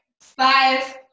five